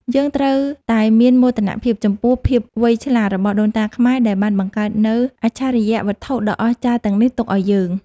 យើងត្រូវតែមានមោទនភាពចំពោះភាពវៃឆ្លាតរបស់ដូនតាខ្មែរដែលបានបង្កើតនូវអច្ឆរិយវត្ថុដ៏អស្ចារ្យទាំងនេះទុកឱ្យយើង។